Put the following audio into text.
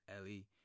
Ellie